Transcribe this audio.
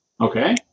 Okay